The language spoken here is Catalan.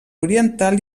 oriental